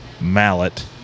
mallet